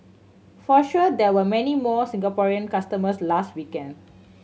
for sure there were many more Singaporean customers last weekend